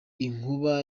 inkuba